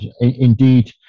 indeed